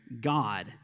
God